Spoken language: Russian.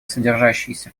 содержащиеся